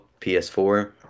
PS4